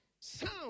sound